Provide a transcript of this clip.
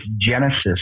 Genesis